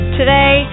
Today